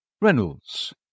Reynolds